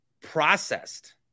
processed